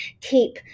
keep